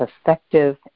effective